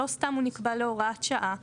לא סתם הוא נקבע להוראת שעה.